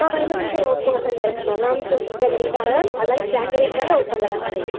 ஆ இந்த சீசன் ஓப் ஓப்பனில் இருக்குது மேம் நவம்பர் டூ ஃபிப்ரவரி தான் மேம் அதனால் ஜன்வரிங்கிறதுனால ஓப்பனில் தான் மேம் இருக்கும்